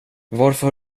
varför